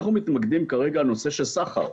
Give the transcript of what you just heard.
אנחנו מתמקדים כרגע על הנושא של סחר.